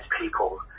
people